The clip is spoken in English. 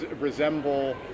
resemble